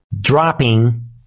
dropping